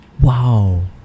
Wow